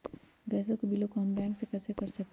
Gas के बिलों हम बैंक से कैसे कर सकली?